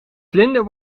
vlinder